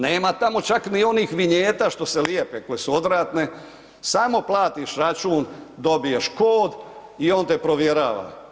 Nema tamo čak ni onih vinjeta što se lijepe koje su odvratne, samo platiš račun, dobiješ kod i on te provjerava.